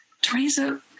Teresa